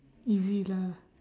easy lah